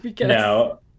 No